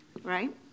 Right